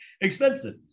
expensive